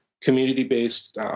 community-based